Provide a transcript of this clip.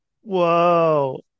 whoa